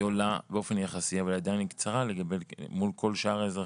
היא עולה באופן יחסי אבל עדיין היא קצרה מול כל שאר האזרחים.